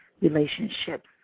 relationships